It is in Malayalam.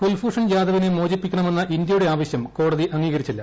കുൽഭൂഷൺ ജാദവിനെ മോചിപ്പിക്കണമെന്ന ഇന്ത്യയുടെ ആവശ്യം കോടതി അംഗീകരിച്ചില്ല